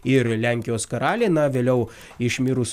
ir lenkijos karaliai na vėliau išmirus